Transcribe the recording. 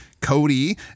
Cody